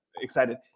excited